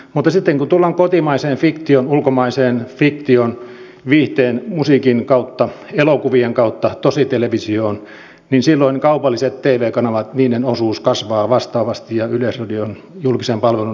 mutta sitten kun tullaan kotimaiseen fiktioon ulkomaiseen fiktioon viihteen ja musiikin kautta elokuvien kautta tositelevisioon niin silloin kaupallisen tv kanavien osuus kasvaa vastaavasti ja yleisradion julkisen palvelun osuus pienenee